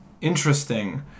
interesting